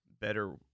better